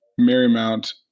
Marymount